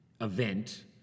event